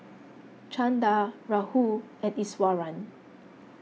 Chanda Rahul and Iswaran